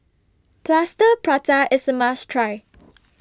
Plaster Prata IS A must Try